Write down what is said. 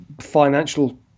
financial